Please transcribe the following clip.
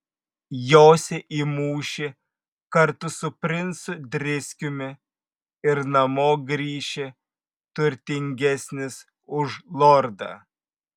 josi į mūšį kartu su princu driskiumi ir namo grįši turtingesnis už lordą